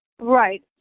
Right